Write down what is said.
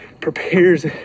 prepares